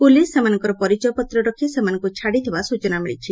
police ସେମାନଙ୍କ ପରିଚୟପତ୍ର ରଖ ସେମାନଙ୍କୁ ଛାଡିଥିବା ସ୍ ଚନା ମିଳିଛି